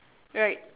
right